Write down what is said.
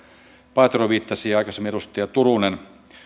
paatero viittasi ja aikaisemmin edustaja turunen